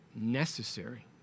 necessary